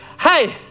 hey